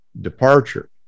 departure